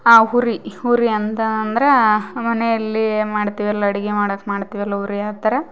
ಆ ಉರಿ ಉರಿ ಅಂತ ಅಂದರ ಮನೆಯಲ್ಲಿ ಮಾಡ್ತೀವಲ್ಲ ಅಡಿಗೆ ಮಾಡೋಕ್ಕೆ ಮಾಡ್ತೀವಲ್ಲ ಉರಿ ಆ ಥರ